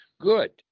good